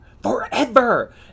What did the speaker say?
Forever